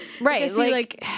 right